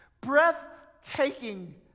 Breathtaking